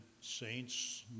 saints